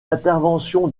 intervention